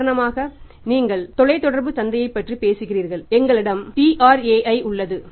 உதாரணமாக நீங்கள் இந்த தொலைத் தொடர்பு சந்தையைப் பற்றி பேசுகிறீர்கள் எங்களிடம் TRAI உள்ளது